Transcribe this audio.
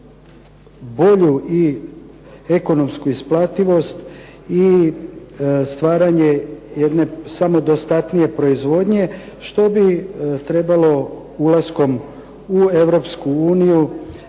bolju i ekonomsku isplativost i stvaranje jedne samodostatnije proizvodnje, što bi trebalo ulaskom u Europsku uniju